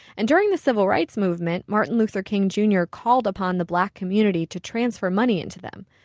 and during the civil rights movement, martin luther king jr. called upon the black community to transfer money into them.